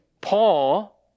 Paul